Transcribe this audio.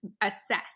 assess